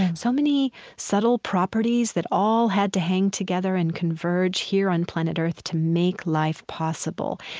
so many subtle properties that all had to hang together and converge here on planet earth to make life possible,